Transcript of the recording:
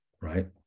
right